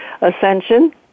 Ascension